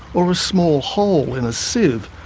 or a small hole in a sieve,